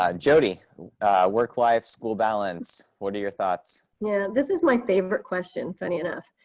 um jodey work, life, school balance. what are your thoughts? yeah this is my favorite question, funny enough.